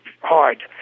hard